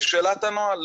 לשאלת הנוהל,